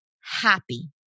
happy